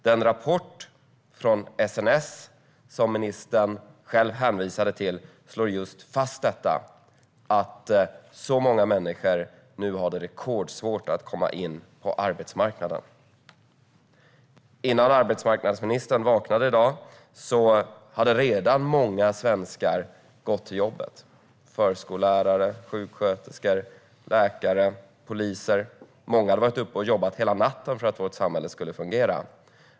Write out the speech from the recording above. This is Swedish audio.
Den rapport från SNS som ministern själv hänvisade till slår just fast detta: Många människor har nu rekordsvårt att komma in på arbetsmarknaden. Innan arbetsmarknadsministern vaknade i dag hade många svenskar redan gått till jobbet - förskollärare, sjuksköterskor, läkare och poliser. Många har varit uppe och jobbat hela natten för att vårt samhälle ska fungera.